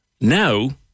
Now